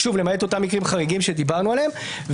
למעט אותם מקרים חריגים שדיברנו עליהם,